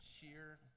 sheer